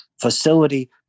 facility